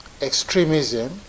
extremism